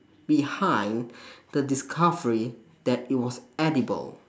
behind the discovery that it was edible